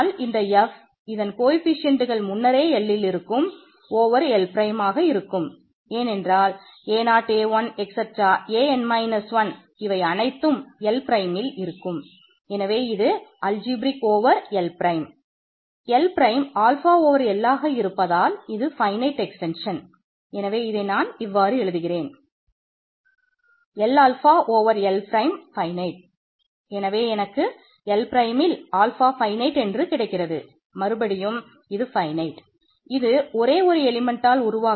அதனால் இந்த f இதன் கோஏஃபிசிஎன்ட்கள்